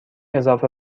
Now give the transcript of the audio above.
اضافه